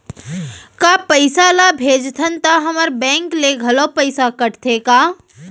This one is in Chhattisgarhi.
का पइसा ला भेजथन त हमर बैंक ले घलो पइसा कटथे का?